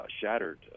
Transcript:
shattered